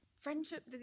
friendship